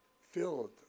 filled